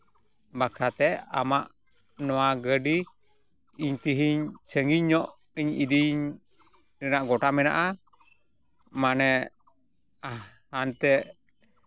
ᱵᱟᱠᱷᱨᱟᱛᱮ ᱟᱢᱟᱜ ᱱᱚᱣᱟ ᱜᱟᱹᱰᱤ ᱤᱧ ᱛᱮᱦᱤᱧ ᱥᱟᱹᱜᱤᱧ ᱧᱚᱜ ᱤᱧ ᱤᱫᱤᱧ ᱨᱮᱱᱟᱜ ᱜᱳᱴᱟ ᱢᱮᱱᱟᱜᱼᱟ ᱢᱟᱱᱮ ᱦᱟᱱᱛᱮ